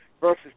versus